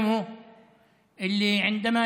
בסך הכול